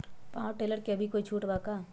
Power tiller पर अभी कोई छुट बा का?